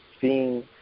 seeing